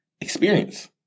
experience